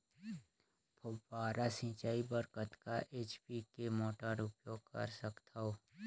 फव्वारा सिंचाई बर कतका एच.पी के मोटर उपयोग कर सकथव?